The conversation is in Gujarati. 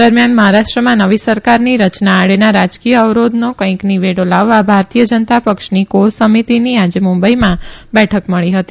દરમિયાન મહારાષ્ટ્રમાં નવી સરકારની રચના આડેના રાજકીય અવરોધનો કંઇક નિવેડો લાવવા ભારતીય જનતા પક્ષની કોર સમિતિની આજે મુંબઇમાં બે બેઠક મળી હતી